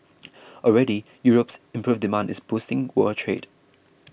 already Europe's improved demand is boosting world trade